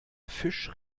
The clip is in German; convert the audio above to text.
fisch